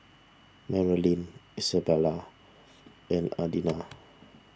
Marolyn Izabella and Adina